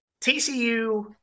TCU